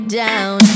down